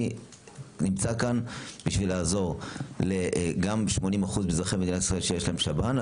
אני נמצא כאן בשביל לעזור גם ל-80% מאזרחי מדינת ישראל שיש להם שב"ן,